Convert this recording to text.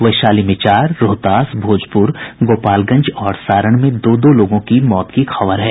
वैशाली में चार रोहतास भोजपुर गोपालगंज और सारण में दो दो लोगों की मौत की खबर है